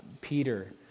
Peter